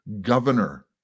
governor